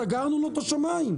סגרנו לו את השמיים.